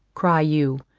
cry you,